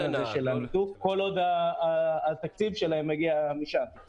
הזה כל עוד התקצוב שלהן מגיע משם.